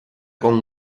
con